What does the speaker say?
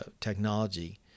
technology